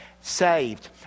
saved